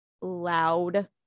loud